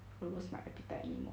follows my appetite anymore